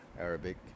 Arabic